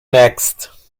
next